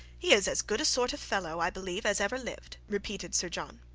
he is as good a sort of fellow, i believe, as ever lived, repeated sir john.